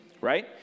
right